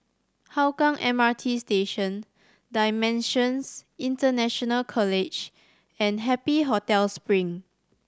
Hougang M R T Station Dimensions International College and Happy Hotel Spring